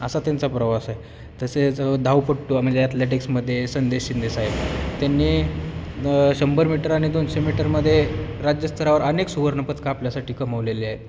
असा त्यांचा प्रवास आहे तसेच धापटू म्हणजे ॲथलेटिक्समध्ये संदेश शिंदे स आहे त्यांनी शंभर मीटर आणि दोनशे मीटरमध्ये राज्यस्तरावर अनेक सुवर्णपदक आपल्यासाठी कमवलेले आहे